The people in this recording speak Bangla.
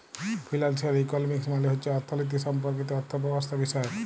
ফিলালসিয়াল ইকলমিক্স মালে হছে অথ্থলিতি সম্পর্কিত অথ্থব্যবস্থাবিষয়ক